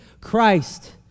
Christ